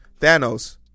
Thanos